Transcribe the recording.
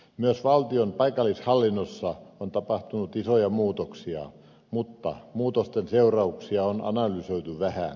myös valtion paikallishallinnossa on tapahtunut isoja muutoksia mutta muutosten seurauksia on analysoitu vähän